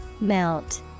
Melt